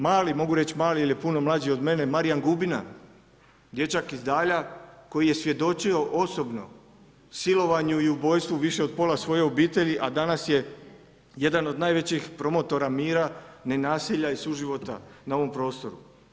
Mali, mogu reći mali jer je puno mlađi od mene Marijan Gubina, dječak iz Dalja koji je svjedočio osobno silovanju i ubojstvu više od pola svoje obitelji, a danas je jedan od najvećih promotora mira, nenasilja i suživota na ovom prostoru.